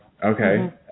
Okay